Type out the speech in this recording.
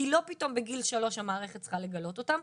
כי לא פתאום בגיל 3 המערכת צריכה לגלות אותם.